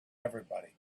everybody